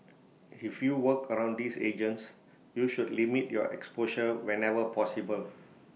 if you work around these agents you should limit your exposure whenever possible